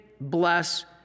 bless